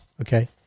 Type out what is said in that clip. Okay